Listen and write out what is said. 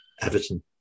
Everton